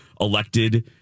elected